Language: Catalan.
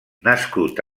nascut